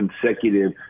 consecutive